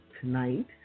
tonight